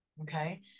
okay